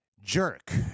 Jerk